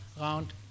round